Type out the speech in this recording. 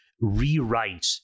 rewrite